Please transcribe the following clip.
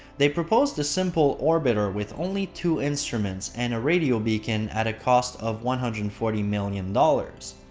they proposed a simple orbiter with only two instruments and a radio beacon at a cost of one hundred and forty million dollars.